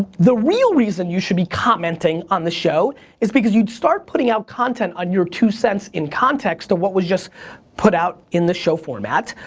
the real reason you should be commenting on this show is because you'd start putting out content on your two cents in context to what was just put out in the show format.